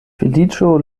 feliĉo